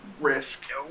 Risk